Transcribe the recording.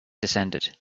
descended